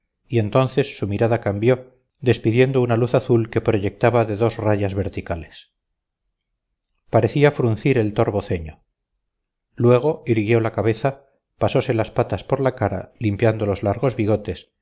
y entonces su mirada cambió despidiendo una luz azul que proyectaba de dos rayas verticales parecía fruncir el torvo ceño luego irguió la cabeza pasose las patas por la cara limpiando los largos bigotes